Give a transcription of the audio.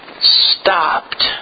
stopped